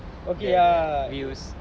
views